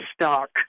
stock